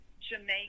Jamaica